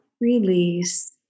release